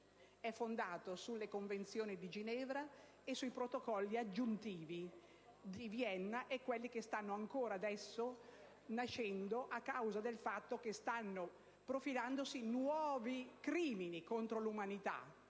è fondato sulle Convenzioni di Ginevra, sui Protocolli aggiuntivi di Vienna e su quelli che stanno ancora adesso nascendo in ragione del fatto che stanno profilandosi nuovi crimini contro l'umanità.